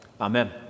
Amen